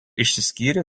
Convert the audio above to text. išsiskyrė